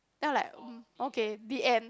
then I'm like okay mm okay the end